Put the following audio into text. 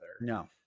No